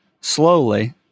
slowly